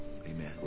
amen